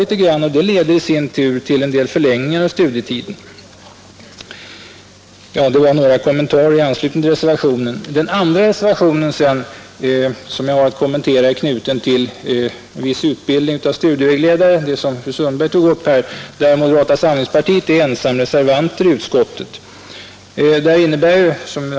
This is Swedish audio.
Detta leder kanske i sin tur till en förlängning av studietiden. Detta var några kommentarer i anslutning till reservationen. Den andra reservationen jag har att kommentera är knuten till viss utbildning av studievägledare. Detta tog även fru Sundberg upp här. Moderata samlingspartiet är ensamma reservanter i utskottet.